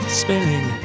spilling